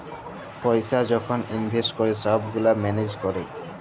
পইসা যখল ইলভেস্ট ক্যরে ছব গুলা ম্যালেজ ক্যরে